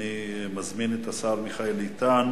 אני מזמין את השר מיכאל איתן,